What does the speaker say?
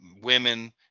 women